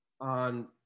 on